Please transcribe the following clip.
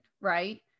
right